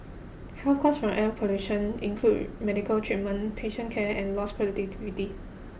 health cost from air pollution include medical treatment patient care and lost productivity